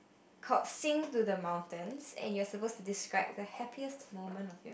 called sing to the mountains and you're suppose to describe the happiest moment of your